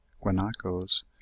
guanacos